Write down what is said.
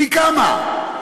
פי-כמה.